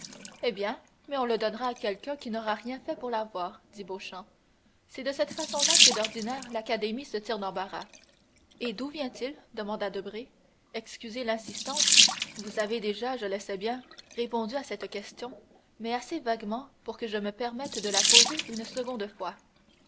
eh bien mais on le donnera à quelqu'un qui n'aura rien fait pour l'avoir dit beauchamp c'est de cette façon-là que d'ordinaire l'académie se tire d'embarras et d'où vient-il demanda debray excusez l'insistance vous avez déjà je le sais bien répondu à cette question mais assez vaguement pour que je me permette de la poser une seconde fois